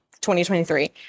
2023